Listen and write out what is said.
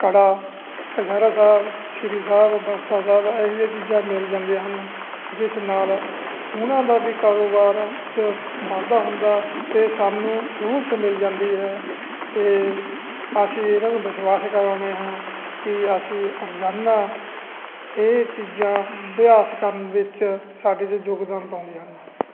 ਕੜਾ ਕਛਹਿਰਾ ਸਾਹਿਬ ਸ਼੍ਰੀ ਸਾਹਿਬ ਬਰਸਾ ਸਾਹਿਬ ਇਹੋ ਜਿਹੀਆਂ ਚੀਜ਼ਾਂ ਮਿਲ ਜਾਂਦੀਆਂ ਹਨ ਜਿਸ ਨਾਲ ਉਹਨਾਂ ਦਾ ਵੀ ਕਾਰੋਬਾਰ 'ਚ ਵਾਧਾ ਹੁੰਦਾ ਅਤੇ ਸਾਨੂੰ ਸਹੂਲਤ ਮਿਲ ਜਾਂਦੀ ਹੈ ਅਤੇ ਅਸੀਂ ਇਹਨਾਂ ਨੂੰ ਵਿਸ਼ਵਾਸ ਕਰਾਉਂਦੇ ਹਾਂ ਕਿ ਅਸੀਂ ਰੋਜਾਨਾ ਇਹ ਚੀਜ਼ਾਂ ਅਭਿਆਸ ਕਰਨ ਵਿੱਚ ਸਾਡੇ 'ਚ ਯੋਗਦਾਨ ਪਾਉਂਦੀਆਂ ਹਨ